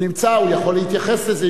הוא נמצא, הוא יכול להתייחס לזה.